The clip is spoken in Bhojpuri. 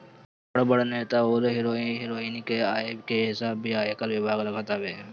बड़ बड़ नेता अउरी हीरो हिरोइन के आय के हिसाब भी आयकर विभाग रखत हवे